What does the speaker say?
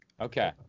Okay